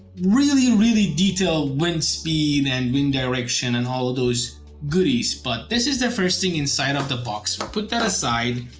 really, really detailed wind speed and wind direction and all of those goodies but this is the first thing inside of the box, put that aside.